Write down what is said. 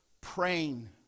praying